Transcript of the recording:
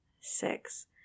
six